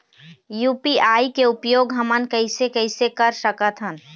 UPI के उपयोग हमन कैसे कैसे कर सकत हन?